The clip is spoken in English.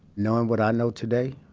knowing what i know today,